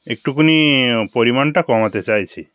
একটুকুনি পরিমাণটা কমাতে চাইছি